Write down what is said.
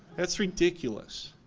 that's ridiculous.